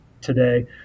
today